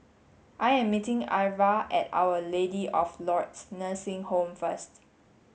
I am meeting Irva at our lady of Lourdes Nursing home first